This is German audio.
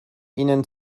ihnen